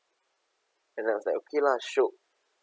and I was like okay lah shiok